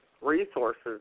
resources